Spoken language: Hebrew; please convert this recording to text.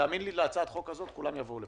תאמין לי שבשביל הצעת החוק הזאת כולם יבואו לפה.